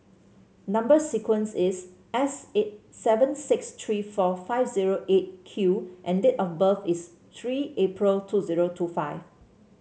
number sequence is S eight seven six three four five zero Eight Q and date of birth is three April two zero two five